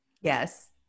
Yes